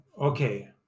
Okay